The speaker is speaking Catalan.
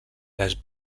les